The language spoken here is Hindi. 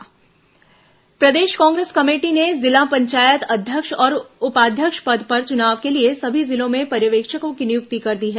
कांग्रेस पर्यवेक्षक नियुक्ति प्रदेश कांग्रेस कमेटी ने जिला पंचायत अध्यक्ष और उपाध्यक्ष पद पर चुनाव के लिए सभी जिलों में पर्यवेक्षकों की नियुक्ति कर दी है